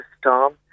storm